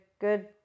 good